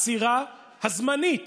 העצירה הזמנית